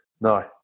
No